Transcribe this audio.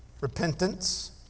repentance